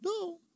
No